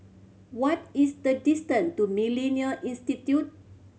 what is the distant to Millennia Institute